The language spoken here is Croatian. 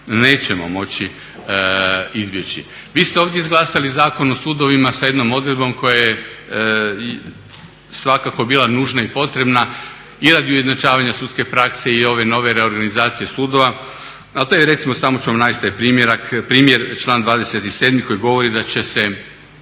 nećemo moći izbjeći. Vi ste ovdje izglasali Zakon o sudovima sa jednom odredbom koja je svakako bila nužna i potrebna i radi ujednačavanja sudske prakse i ove nove reorganizacije sudova. Ali to je, recimo samo ću vam navesti taj primjer. Član 27. koji govori da će se,